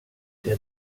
der